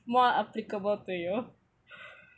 more applicable to you